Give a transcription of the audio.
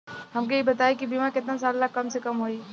हमके ई बताई कि बीमा केतना साल ला कम से कम होई?